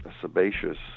sebaceous